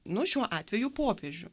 nuo šiuo atveju popiežių